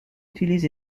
utilise